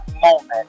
moment